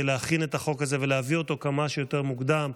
להכין את החוק הזה ולהביא אותו כמה שיותר מוקדם,